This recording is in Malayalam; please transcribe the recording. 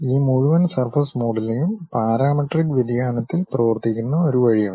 ഈ മുഴുവൻ സർഫസ് മോഡലിംഗും പാരാമെട്രിക് വ്യതിയാനത്തിൽ പ്രവർത്തിക്കുന്ന ഒരു വഴിയുണ്ട്